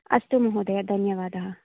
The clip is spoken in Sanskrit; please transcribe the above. अस्तु महोदय धन्यवादः